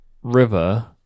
river